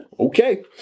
Okay